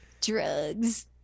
Drugs